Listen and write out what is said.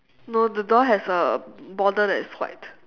no the door has a border that is white